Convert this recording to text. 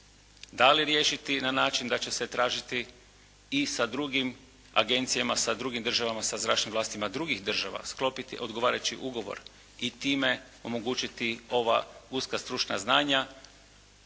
Da li riješiti na način da će se tražiti i sa drugim agencijama, sa drugim državama, sa zračnim vlastima drugih država, sklopiti odgovarajući ugovor i time omogućiti ova uska stručna znanja,